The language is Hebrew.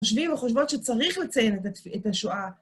חושבים וחושבות שצריך לציין את השואה.